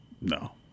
No